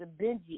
Benji